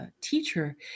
teacher